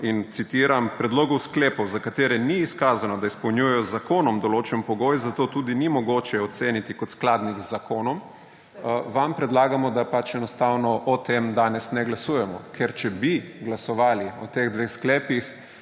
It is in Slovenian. citiram: »Predlogov sklepov, za katere ni izkazano, da izpolnjujejo z zakonom določen pogoj, zato tudi ni mogoče oceniti kot skladnih z zakonom«, vam predlagamo, da enostavno o tem danes ne glasujemo. Ker če bi glasovali o teh dveh sklepih,